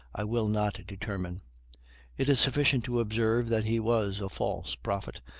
i will not determine it is sufficient to observe that he was a false prophet,